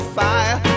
fire